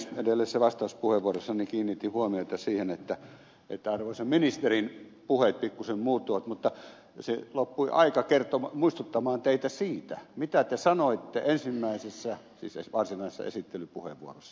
edellisessä vastauspuheenvuorossani kiinnitin huomiota siihen että arvoisan ministerin puheet pikkuisen muuttuvat mutta loppui aika muistuttaa teitä siitä mitä te sanoitte ensimmäisessä siis varsinaisessa esittelypuheenvuorossa